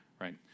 Right